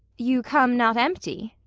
you come not empty?